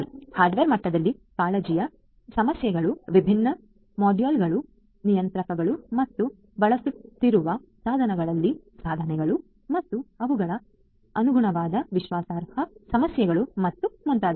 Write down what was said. hardware ಮಟ್ಟದಲ್ಲಿ ಕಾಳಜಿಯ ಸಮಸ್ಯೆಗಳು ವಿಭಿನ್ನ ಮಾಡ್ಯೂಲ್ಗಳು ನಿಯಂತ್ರಕಗಳು ಮತ್ತು ಬಳಸುತ್ತಿರುವ ಸಾಧನಗಳಲ್ಲಿನ ಸಾಧನಗಳು ಮತ್ತು ಅವುಗಳ ಅನುಗುಣವಾದ ವಿಶ್ವಾಸಾರ್ಹ ಸಮಸ್ಯೆಗಳು ಮತ್ತು ಹೀಗೆ